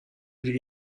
دیگه